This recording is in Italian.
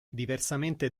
diversamente